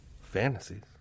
Fantasies